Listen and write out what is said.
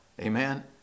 Amen